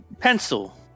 Pencil